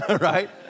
right